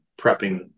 prepping